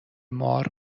مار